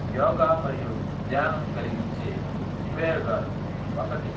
యోగా మరియు ధ్యానం కలిగించే ఉపయోగాలు ఒకటి